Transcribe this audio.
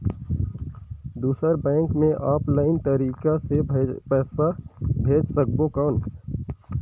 दुसर बैंक मे ऑफलाइन तरीका से पइसा भेज सकबो कौन?